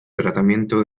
tratamiento